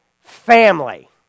family